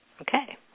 Okay